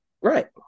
Right